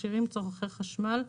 מכשירים צורכי חשמל,